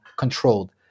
Controlled